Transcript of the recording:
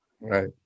Right